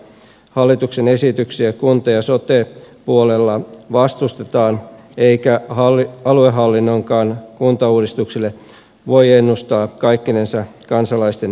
hallituksen esityksiä kunta ja sote puolella vastustetaan eikä aluehallinnonkaan kuntauudistukselle voi ennustaa kaikkinensa kansalaisten tukea